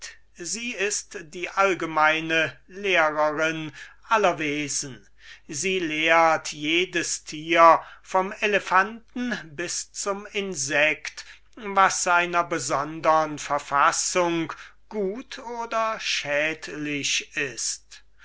sie ist die allgemeine lehrerin aller wesen sie lehrt jedes tier vom elephanten bis zum insekt was seiner besondern verfassung gut oder schädlich ist